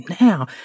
now